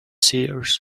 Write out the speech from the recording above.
seers